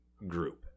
group